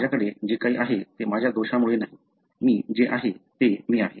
माझ्याकडे जे काही आहे ते माझ्या दोषामुळे नाही मी जे आहे ते मी आहे